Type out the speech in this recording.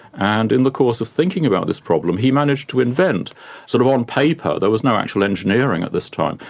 and in the course of thinking about this problem he'd managed to invent sort of on paper, there was no actual engineering at this time,